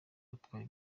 yatwawe